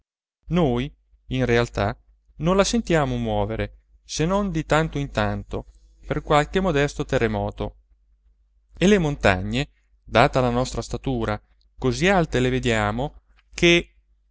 noi in realtà non la sentiamo muovere se non di tanto in tanto per qualche modesto terremoto e le montagne data la nostra statura così alte le vediamo che